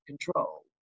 control